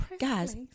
guys